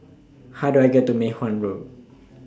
How Do I get to Mei Hwan Road